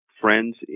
friends